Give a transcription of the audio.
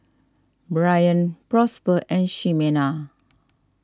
Brien Prosper and Ximena